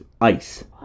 ice